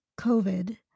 COVID